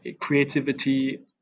creativity